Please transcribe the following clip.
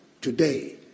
today